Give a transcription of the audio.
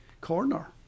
corner